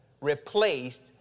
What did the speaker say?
replaced